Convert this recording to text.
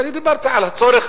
ואני דיברתי על הצורך